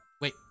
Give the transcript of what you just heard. wait